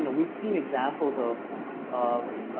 and we've seen examples of of